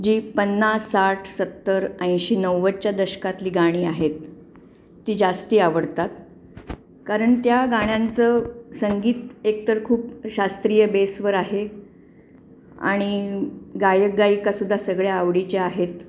जी पन्नास साठ सत्तर ऐंशी नव्वदच्या दशकातली गाणी आहेत ती जास्त आवडतात कारण त्या गाण्यांचं संगीत एकतर खूप शास्त्रीय बेसवर आहे आणि गायक गायिका सुद्धा सगळ्या आवडीच्या आहेत